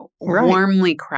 warmly